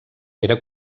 era